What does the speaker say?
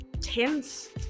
tense